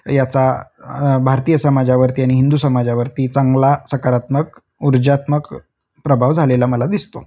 याचा भारतीय समाजावरती आणि हिंदू समाजावरती चांगला सकारात्मक ऊर्जात्मक प्रभाव झालेला मला दिसतो